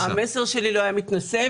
המסר שלי לא היה מתנשא,